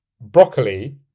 Broccoli